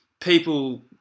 people